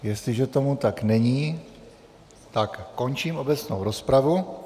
Jestliže tomu tak není, končím obecnou rozpravu.